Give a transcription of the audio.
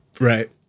Right